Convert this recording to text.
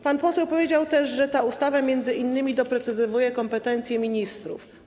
Pan poseł powiedział również, że ta ustawa m.in. doprecyzowuje kompetencje ministrów.